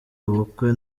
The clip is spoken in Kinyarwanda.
ubukwe